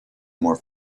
more